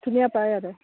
ধুনীয়া পায় আৰু